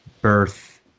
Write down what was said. birth